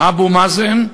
אבו מאזן,